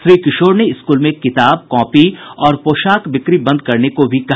श्री किशोर ने स्कूल में किताब कॉपी और पोशाक बिक्री बंद करने को भी कहा